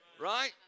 right